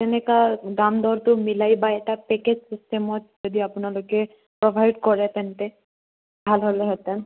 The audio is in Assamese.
তেনেকুৱা দাম দৰটো মিলাই বা এটা পেকেজ চিষ্টেমত যদি আপোনালোকে প্ৰভাইড কৰে তেন্তে ভাল হ'লহেঁতেন